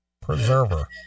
Preserver